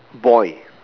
boil